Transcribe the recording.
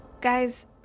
Guys